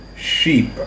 Sheep